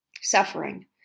suffering